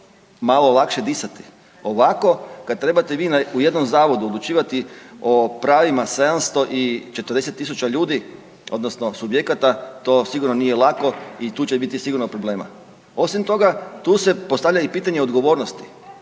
malo lakše disati. Ovako kad trebate vi u jednom zavodu odlučivati o pravima 740 000 ljudi, odnosno subjekata to sigurno nije lako i tu će biti sigurno problema. Osim toga, tu se i postavlja pitanje odgovornosti